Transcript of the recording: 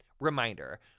Reminder